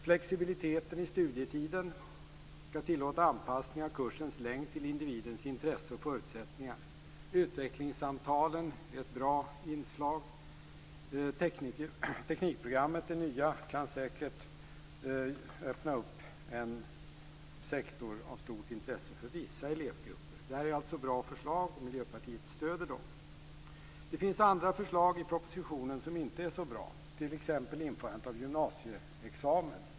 Flexibiliteten i studietiden skall tillåta anpassning av kursens längd till individens intresse och förutsättningar. Utvecklingssamtalen är ett bra inslag. Det nya teknikprogrammet kan säkert öppna en sektor av stort intresse för vissa elevgrupper. Detta är alltså bra förslag, och Miljöpartiet stöder dem. Det finns andra förslag i propositionen som inte är så bra, t.ex. införandet av gymnasieexamen.